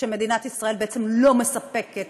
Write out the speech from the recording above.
שמדינת ישראל בעצם לא מספקת